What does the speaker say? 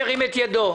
ירים את ידו.